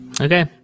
Okay